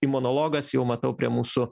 imunologas jau matau prie mūsų